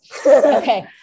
Okay